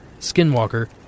Skinwalker